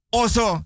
oso